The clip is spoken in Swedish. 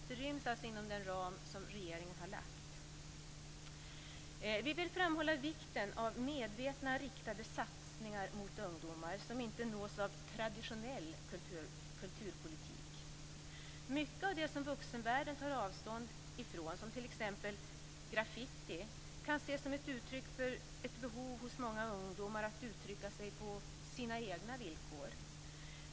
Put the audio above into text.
Det ryms alltså inom den ram som regeringen har lagt fram. Vi vill framhålla vikten av medvetna riktade satsningar på ungdomar som inte nås av traditionell kulturpolitik. Mycket av det som vuxenvärlden tar avstånd från, som t.ex. graffiti, kan ses som ett uttryck för ett behov hos många ungdomar att uttrycka sig på sina egna villkor.